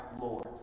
Lord